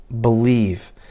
believe